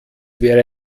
wäre